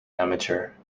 amateur